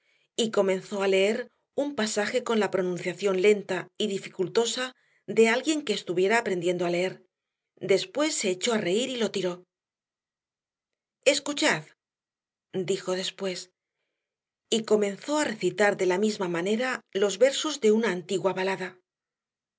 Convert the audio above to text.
y comenzó a leer un pasaje con la pronunciación lenta y dificultosa de alguien que estuviera aprendiendo a leer después se echó a reír y lo tiró escuchad dijo después y comenzó a recitar de la misma manera los versos de una antigua balada